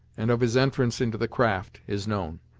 and of his entrance into the craft is known.